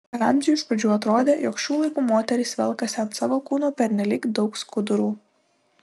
ramziui iš pradžių atrodė jog šių laikų moterys velkasi ant savo kūno pernelyg daug skudurų